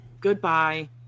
Goodbye